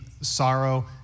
sorrow